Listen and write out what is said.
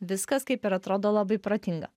viskas kaip ir atrodo labai protinga